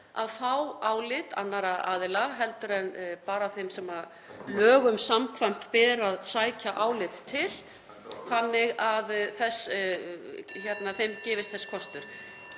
að fá álit annarra aðila heldur en bara þeirra sem lögum samkvæmt ber að sækja álit til þannig að þeim gefist þess kostur